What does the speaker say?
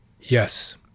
Yes